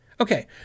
Okay